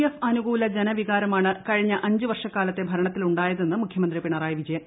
F അനുകൂല ജനവികാരമാണ് കഴിഞ്ഞ അഞ്ച് വർഷകാലത്തെ ഭരണത്തിൽ ഉണ്ടായതെന്ന് മുഖ്യമന്ത്രി പിണറായി വിജയൻ